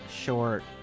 short